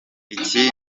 iki